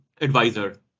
advisor